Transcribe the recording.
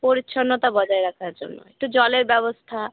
পরিচ্ছন্নতা বজায় রাখার জন্য একটু জলের ব্যবস্থা